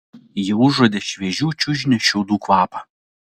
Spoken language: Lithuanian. ji užuodė šviežių čiužinio šiaudų kvapą